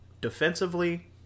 defensively